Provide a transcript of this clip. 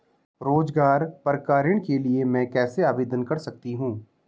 रोज़गार परक ऋण के लिए मैं कैसे आवेदन कर सकतीं हूँ?